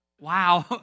Wow